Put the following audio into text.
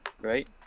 Right